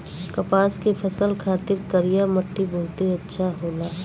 कपास के फसल खातिर करिया मट्टी बहुते अच्छा होला